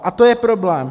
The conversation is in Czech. A to je problém.